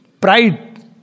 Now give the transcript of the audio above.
pride